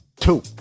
two